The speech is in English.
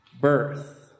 birth